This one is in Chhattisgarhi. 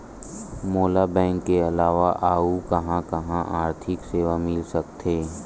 मोला बैंक के अलावा आऊ कहां कहा आर्थिक सेवा मिल सकथे?